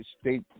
state